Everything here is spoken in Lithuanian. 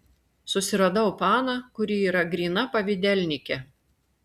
susiradau paną kuri yra gryna pavydelnikė